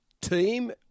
team